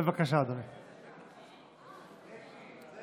בבקשה, אדוני.